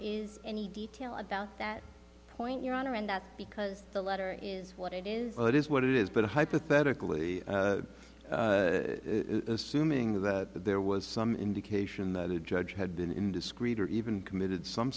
is any detail about that point your honor in that because the letter is what it is it is what it is but hypothetically assuming that there was some indication that a judge had been indiscreet or even committed some